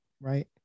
right